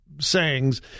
sayings